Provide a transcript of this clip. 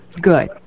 Good